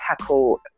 tackle